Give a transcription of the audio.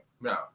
No